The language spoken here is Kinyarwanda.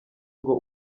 ngo